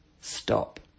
Stop